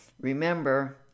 Remember